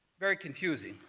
very confusing.